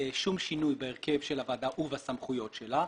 לשום שינוי בהרכב של הוועדה ובסמכויות שלה.